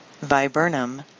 viburnum